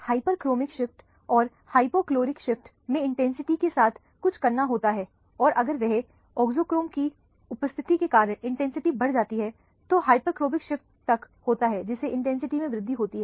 hyperchromic shift और hypochromic shift में intensity के साथ कुछ करना होता है और अगर एक ऑक्सोक्रोम की उपस्थिति के कारण इंटेंसिटी बढ़ जाती है तो ऑक्सोक्रोम हाइपरक्रोमिक शिफ्ट तक होता है जिसमें इंटेंसिटी में वृद्धि होती है